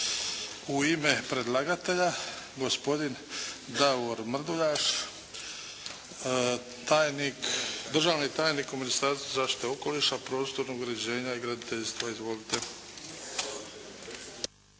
U ime predlagatelja, gospodin Davor Mrduljaš, državni tajnik u Ministarstvu zaštite okoliša, prostornog uređenja i graditeljstva. Izvolite.